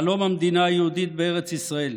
חלום המדינה היהודית בארץ ישראל.